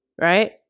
right